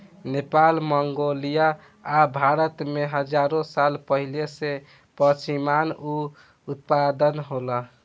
Nepal, Mongolia आ भारत में हजारो साल पहिले से पश्मीना ऊन के उत्पादन होला